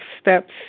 Steps